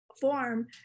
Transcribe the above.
form